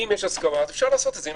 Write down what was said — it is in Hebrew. אם יש הסכמה, אז אפשר לעשות את זה.